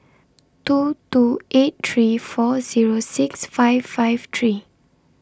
two two eight three four Zero six five five three